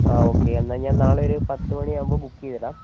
ആ ഓക്കേ എന്നാൽ ഞാന് നാളെ ഒരു പത്ത് മണിയാകുമ്പോൾ ബുക്ക് ചെയ്തിടാം